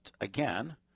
again